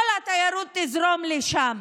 כל התיירות תזרום לשם.